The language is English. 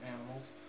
animals